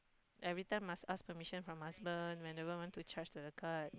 everytime must ask permission from husband whenever want to charge the card